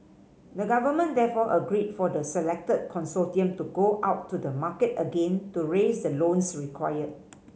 the government therefore agreed for the selected consortium to go out to the market again to raise the loans required